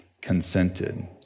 consented